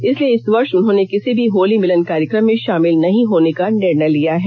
इसलिए इस वर्ष उन्होंने किसी भी होली मिलन कार्यक्रम में शामिल नहीं होने का निर्णय लिया है